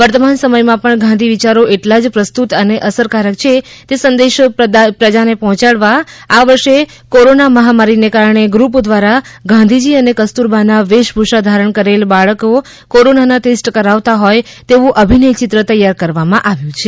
વર્તમાન સમયમાં પણ ગાંધી વિચારો એટલા જ પ્રસ્તુત અને અસરકારક છે તે સંદેશ પ્રજાને પહોંચાડવા આ વર્ષે કોરોના મહામારીને કારણે ગ્રુપ દ્વારા ગાંધીજી અને કસ્તુરબાના વેશભૂષા ધારણ કરેલ બાળક કોરોનાના ટેસ્ટ કરાવતા હોય તેવું અભિનય ચિત્ર તૈયાર કરવામાં આવ્યું છે